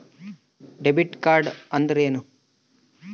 Debit card ಅಂದ್ರೇನು?